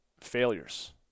failures